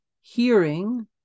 hearing